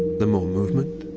the more movement,